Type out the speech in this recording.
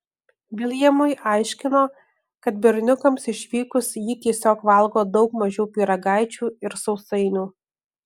viljamui aiškino kad berniukams išvykus ji tiesiog valgo daug mažiau pyragaičių ir sausainių